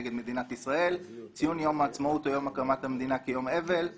נגד מדינת ישראל; ציון יום העצמאות או יום הקמת המדינה כיום אבל;